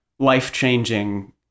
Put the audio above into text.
life-changing